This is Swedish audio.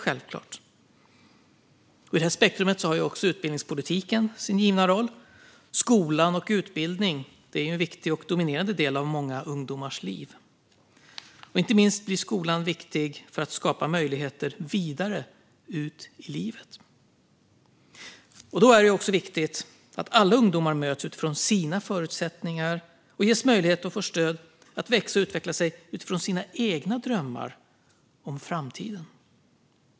Inom det spektrumet har utbildningspolitiken sin givna roll. Skola och utbildning är en viktig och dominerande del av många ungdomars liv. Skolan blir inte minst viktig för att skapa möjligheter vidare i livet. Då är det viktigt att alla ungdomar möts utifrån sina förutsättningar och ges möjlighet och stöd för att växa och utvecklas utifrån sina egna drömmar om framtiden.